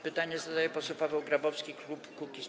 Pytanie zadaje poseł Paweł Grabowski, klub Kukiz’15.